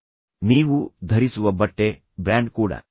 ಆದ್ದರಿಂದ ನೀವು ಧರಿಸುವ ಬಟ್ಟೆ ಬ್ರ್ಯಾಂಡ್ ಕೂಡ